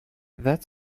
that